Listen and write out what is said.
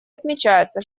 отмечается